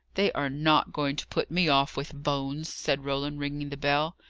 they are not going to put me off with bones, said roland, ringing the bell.